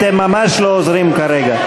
אתם ממש לא עוזרים כרגע.